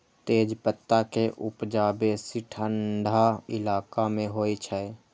तेजपत्ता के उपजा बेसी ठंढा इलाका मे होइ छै